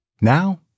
Now